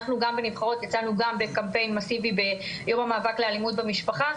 אנחנו גם בנבחרות יצאנו גם בקמפיין מאסיבי ביום המאבק באלימות במשפחה,